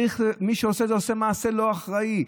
מי שעושה אותו עושה מעשה לא אחראי.